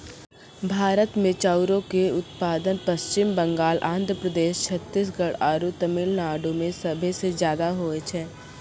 भारत मे चाउरो के उत्पादन पश्चिम बंगाल, आंध्र प्रदेश, छत्तीसगढ़ आरु तमिलनाडु मे सभे से ज्यादा होय छै